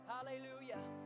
Hallelujah